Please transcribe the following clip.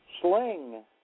sling